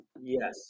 Yes